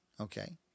okay